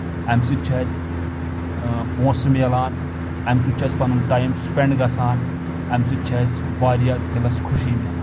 اَمہِ سۭتۍ چھِ اَسہِ پونٛسہٕ میلان اَمہِ سۭتۍ چھُ اَسہِ پنُن ٹایم سُپینٛڈ گژھان اَمہِ سۭتۍ چھِ اَسہِ واریاہ دِلس خُوشی میلان